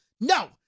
no